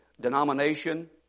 Denomination